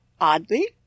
oddly